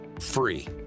free